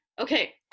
Okay